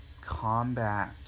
combat